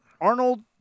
Arnold